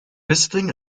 visiting